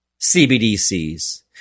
CBDCs